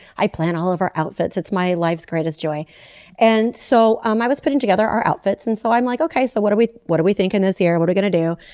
i plan all of our outfits it's my life's greatest joy and so um i was putting together our outfits and so i'm like ok so what are we. what do we think in this area what going to do.